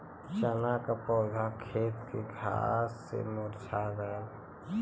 चन्ना क पौधा खेत के घास से मुरझा गयल